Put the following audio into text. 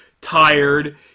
tired